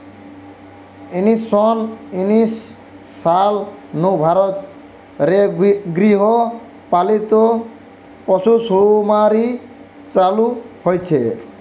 উনিশ শ উনিশ সাল নু ভারত রে গৃহ পালিত পশুসুমারি চালু হইচে